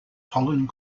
holland